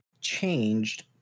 changed